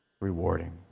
rewarding